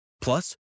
Plus